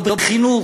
לא בחינוך,